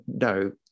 no